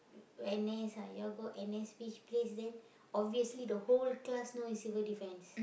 very nice ah you all N_S place then obviously the whole class know is Civil-Defence